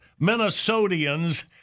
Minnesotians